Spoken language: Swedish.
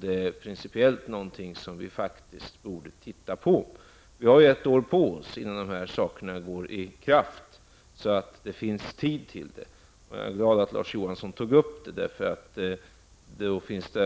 Det är principiellt något som vi borde studera. Vi har ett år på oss innan föreskrifterna på detta område träder i kraft, så det finns tid för detta. Jag är glad för att Larz Johansson tog upp det. Jag tror att det finns